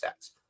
stats